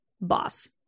boss